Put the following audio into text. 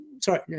sorry